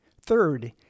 Third